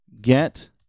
get